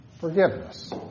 forgiveness